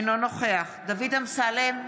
אינו נוכח דוד אמסלם,